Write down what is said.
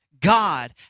God